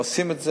עושים את זה.